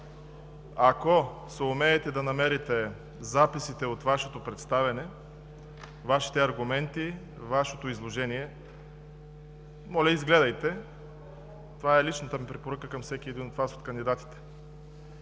Ако съумеете да намерите записите от Вашето представяне, Вашите аргументи, Вашето изложение, моля изгледайте. Това е личната ми препоръка към всеки един от Вас, кандидатите.